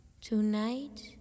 tonight